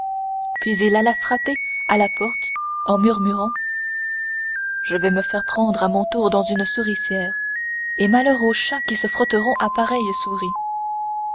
puis il alla aussitôt frapper à la porte en murmurant je vais me faire prendre à mon tour dans la souricière et malheur aux chats qui se frotteront à pareille souris